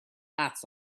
hats